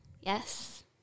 Yes